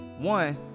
One